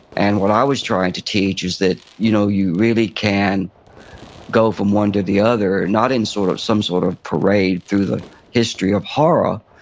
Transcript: and what i was trying to teach is that you know you really can go from one to the other, not in sort of some sort of parade through the history of horror,